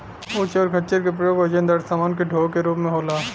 ऊंट और खच्चर का प्रयोग वजनदार समान के डोवे के रूप में होला